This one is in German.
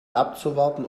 abzuwarten